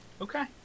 Okay